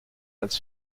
als